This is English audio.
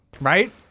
right